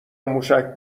موشک